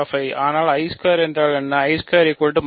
ஆனால் என்றால் என்ன